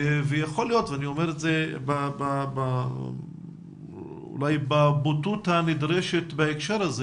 ויכול להיות ואני אומר את זה אולי בבוטות הנדרשת בהקשר הזה